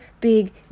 big